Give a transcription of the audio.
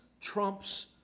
trumps